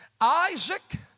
Isaac